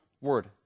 word